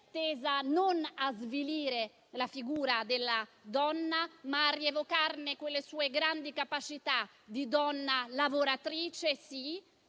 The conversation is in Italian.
tesa non a svilire la figura della donna, ma a rievocarne le grandi capacità di donna lavoratrice, sì,